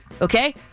Okay